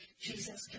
Jesus